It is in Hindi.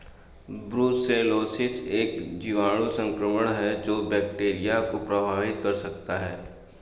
ब्रुसेलोसिस एक जीवाणु संक्रमण है जो बकरियों को प्रभावित कर सकता है